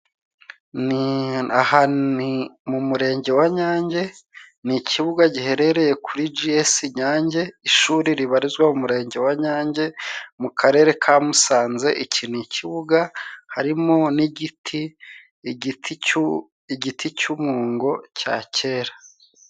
Ni mu murenge wa Nyange, ni ikibuga giherereye kuri jiyesi nyange, ishuri ribarizwa mu murenge wa Nyange mu Karere ka Musanze, iki ni ikibuga harimo n'igiti igiti cy'umwungo cya kera.